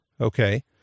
Okay